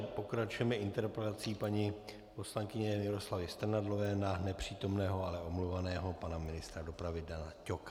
Pokračujeme interpelací paní poslankyně Miroslavy Strnadlové na nepřítomného, ale omluveného pana ministra dopravy Dana Ťoka.